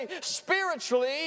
spiritually